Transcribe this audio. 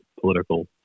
political